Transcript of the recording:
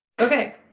Okay